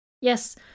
Yes